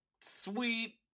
sweet